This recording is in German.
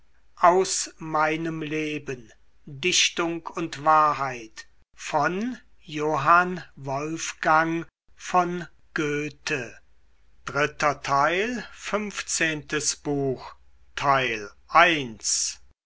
aus meinem leben dichtung und wahrheit